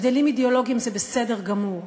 הבדלים אידיאולוגיים זה בסדר גמור,